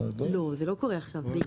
לא, זה לא קורה עכשיו.